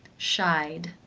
shied,